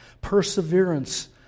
Perseverance